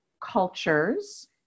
cultures